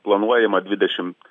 planuojama dvidešimt